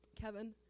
Kevin